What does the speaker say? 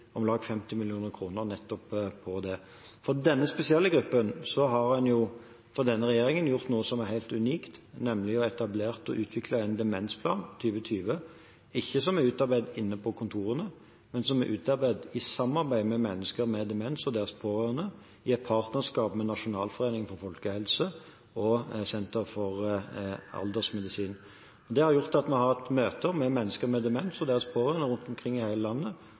nettopp på det. For denne spesielle gruppen har denne regjeringen gjort noe som er helt unikt, nemlig å etablere og utvikle Demensplan 2020. Den er ikke utarbeidet inne på kontorene, men den er utarbeidet i samarbeid med mennesker med demens og deres pårørende, i et partnerskap med Nasjonalforeningen for folkehelsen og senteret for aldersmedisin. Det har gjort at vi har hatt møter med mennesker med demens og deres pårørende rundt omkring i hele landet,